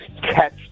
catch